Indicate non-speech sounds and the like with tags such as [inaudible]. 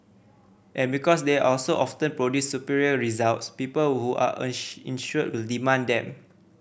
and because they also often produce superior results people who are [unintelligible] insured will demand them